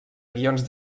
guions